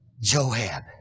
Joab